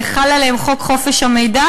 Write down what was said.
חל עליהם חוק חופש המידע,